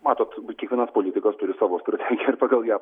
matot kiekvienas politikas turi savo strategiją ir pagal ją